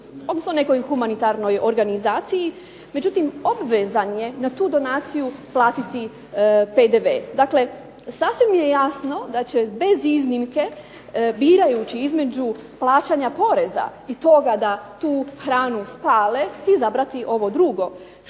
odnosno nekoj humanitarnoj organizaciji. Međutim, obvezan je na tu donaciju platiti PDV. Dakle, sasvim je jasno da će bez iznimke birajući između plaćanja poreza i toga da tu hranu spale izabrati ovo drugo